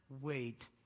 wait